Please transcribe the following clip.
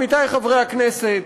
עמיתי חברי הכנסת,